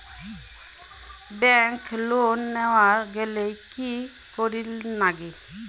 Bank loan নেওয়ার গেইলে কি করীর নাগে?